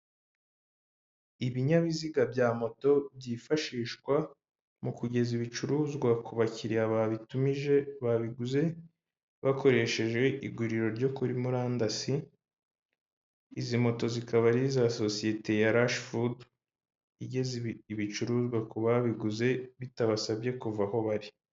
Ibinyabiziga bya moto byifashishwa mu kugeza ibicuruzwa ku bakiriya babitumije babiguze bakoresheje iguriro ryo kuri murandasi, izi moto zikaba ari iza sosiyete ya Rush food igeza ibicuruzwa ku babiguze bitabasabye kuva aho bari.